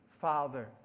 father